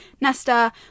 Nesta